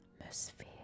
Atmosphere